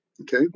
okay